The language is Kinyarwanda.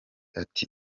ati